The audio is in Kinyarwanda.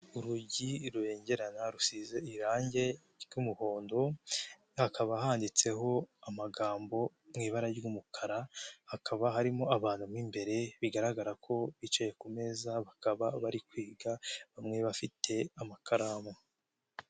Urugi rubengerana rusize irangi ry'umuhondo, hakaba handitseho amagambo mu ibara ry'umukara, hakaba harimo abantu mo imbere, bigaragara ko bicaye ku meza, bakaba bari kwiga, bamwe bafite amakaramu.